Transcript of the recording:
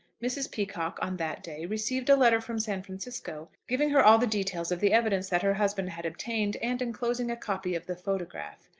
mrs. peacocke on that day received a letter from san francisco, giving her all the details of the evidence that her husband had obtained, and enclosing a copy of the photograph.